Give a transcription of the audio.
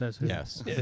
Yes